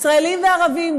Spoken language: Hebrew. ישראלים וערבים,